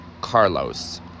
Carlos